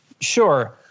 Sure